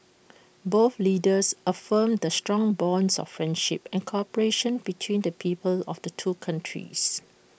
both leaders affirmed the strong bonds of friendship and cooperation between the peoples of the two countries